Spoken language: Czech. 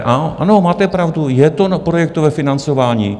A ano, máte pravdu, je to na projektové financování.